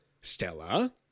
Stella